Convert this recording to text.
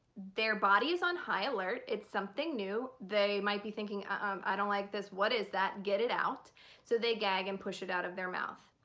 their body is on high alert. it's something new. they might be thinking i don't like this, what is that? get it out so they gag and push it out of their mouth.